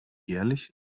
jährlich